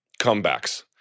comebacks